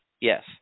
Yes